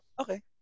okay